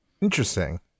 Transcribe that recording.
Interesting